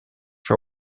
for